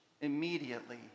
immediately